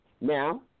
Now